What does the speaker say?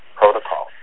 protocol